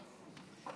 שלוש